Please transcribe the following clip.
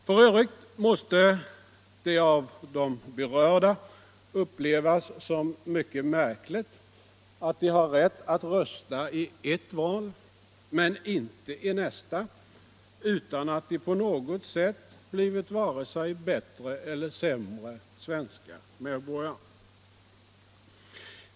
För övrigt måste det av de berörda upplevas som mycket märkligt att de har rätt att rösta i ett val men inte i nästa, utan att de på något sätt blivit vare sig bättre eller sämre svenska medborgare.